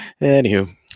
anywho